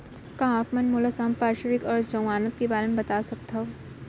का आप मन मोला संपार्श्र्विक अऊ जमानत के बारे म बता सकथव?